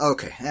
Okay